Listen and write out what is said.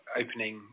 opening